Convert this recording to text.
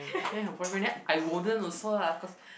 don't have boyfriend then I wouldn't also lah cause